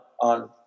on